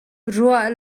ruah